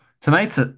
Tonight's